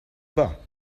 bas